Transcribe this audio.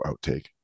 outtake